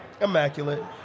immaculate